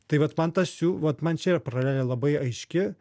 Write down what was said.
tai vat man tas jų vat man čia paralelė labai aiški